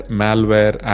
malware